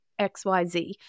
XYZ